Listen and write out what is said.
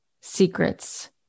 secrets